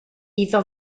iddo